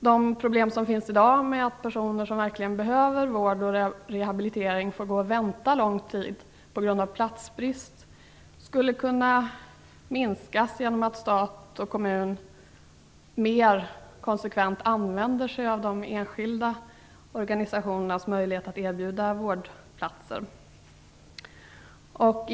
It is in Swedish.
De problem som finns i dag med att personer som verkligen behöver vård och rehabilitering får vänta lång tid på grund av platsbrist skulle kunna minskas genom att staten och kommunerna mer konsekvent använde sig av de enskilda organisationernas möjlighet att erbjuda vårdplatser.